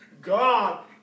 God